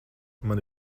mani